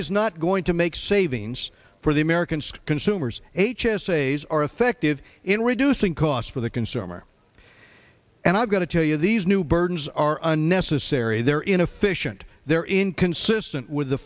is not going to make savings for the americans consumers h s a's are effective in reducing costs for the consumer and i've got to tell you these new burdens are unnecessary they're inefficient they're inconsistent with the